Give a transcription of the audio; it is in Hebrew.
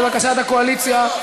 לבקשת הקואליציה,